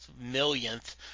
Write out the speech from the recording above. millionth